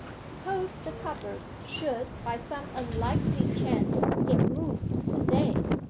suppose the cupboard should by some unlikely chance get moved to-day!